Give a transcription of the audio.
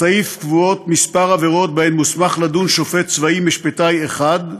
בסעיף קבועות כמה עבירות שבהן מוסמך לדון שופט צבאי משפטאי אחד,